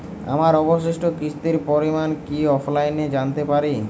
আমার অবশিষ্ট কিস্তির পরিমাণ কি অফলাইনে জানতে পারি?